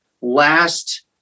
last